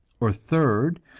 or third,